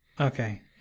Okay